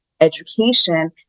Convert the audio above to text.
education